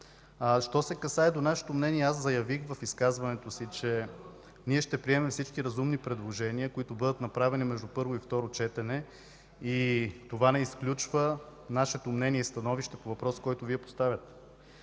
Що се касае до нашето мнение, аз заявих в изказването си, че ние ще приемем всички разумни предложения, които бъдат направени между първо и второ четене, и това не изключва нашето мнение и становище по въпроса, който Вие поставяте.